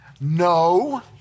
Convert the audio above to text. No